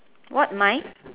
what mind